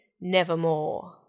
Nevermore